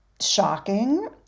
shocking